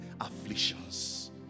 afflictions